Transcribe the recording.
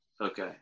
okay